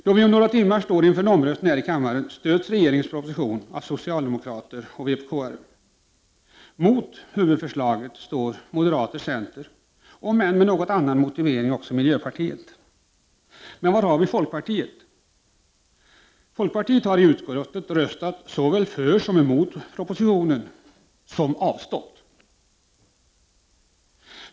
Då vi om några timmar står inför en omröstning här i kammaren stöds regeringens proposition av socialdemokrater och vpk-are. Mot huvudförslaget står moderater och centerpartister samt också miljöpartiet, om än med något annan motivering. Men var har vi folkpartiet? Folkpartiet har i utskottet röstat såväl för som emot propositionen samt avstått.